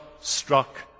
struck